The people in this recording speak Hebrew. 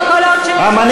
אני